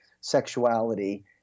sexuality